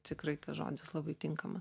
tikrai tas žodis labai tinkamas